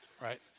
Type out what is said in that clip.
Right